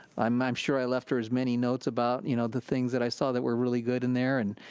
i'm i'm sure i left her as many notes about you know the things that i saw that were really good in there and,